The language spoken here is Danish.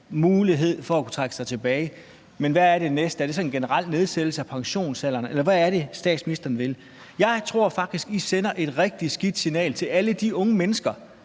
mulighed for at kunne trække sig tilbage. Men hvad er det næste? Er det så en generel nedsættelse af pensionsalderen? Eller hvad er det, statsministeren vil? Jeg tror faktisk, at I sender et rigtig skidt signal til alle de unge mennesker,